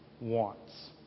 wants